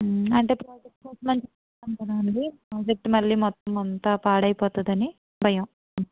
అంటే ప్రాజెక్ట్ కోసమని చెప్పాను కదా అండి ప్రాజెక్ట్ మళ్ళీ మొత్తం అంతా పాడైపోతుందని భయం